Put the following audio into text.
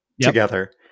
together